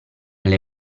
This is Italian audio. alle